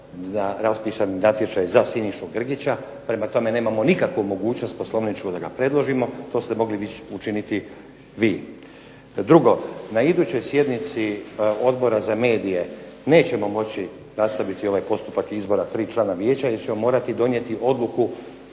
na raspisani natječaj za Sinišu Grgića. Prema tome, nemamo nikakvu mogućnost poslovničku da ga predložimo. To ste mogli učiniti vi. Drugo, na idućoj sjednici Odbora za medije nećemo moći nastaviti ovaj postupak izbora tri člana Vijeća jer ćemo morati donijeti odluku,